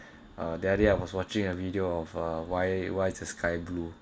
the day I was watching a video of uh why why is to sky blue